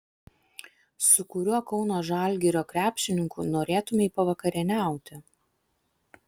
su kuriuo kauno žalgirio krepšininku norėtumei pavakarieniauti